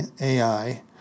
AI